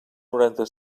noranta